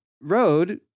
road